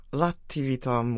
l'attività